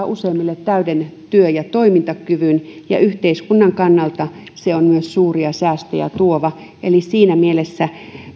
useimmille täyden työ ja toimintakyvyn ja yhteiskunnan kannalta se on myös suuria säästöjä tuova eli siinä mielessä